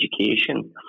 education